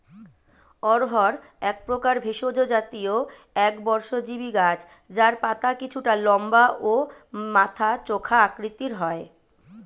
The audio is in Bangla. অড়হর একপ্রকার ভেষজ জাতীয় একবর্ষজীবি গাছ যার পাতা কিছুটা লম্বা ও মাথা চোখা আকৃতির হয়